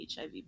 HIV